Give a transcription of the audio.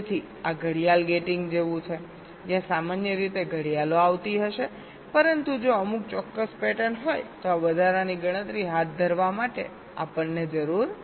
તેથી આ clock gating જેવું હશે જ્યાં સામાન્ય રીતે ઘડિયાળો આવતી હશે પરંતુ જો અમુક ચોક્કસ પેટર્ન હોય તો આ વધારાની ગણતરી હાથ ધરવા માટે આપણને જરૂર નથી